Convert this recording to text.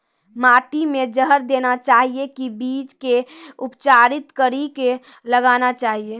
माटी मे जहर देना चाहिए की बीज के उपचारित कड़ी के लगाना चाहिए?